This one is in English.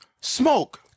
smoke